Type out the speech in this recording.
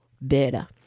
better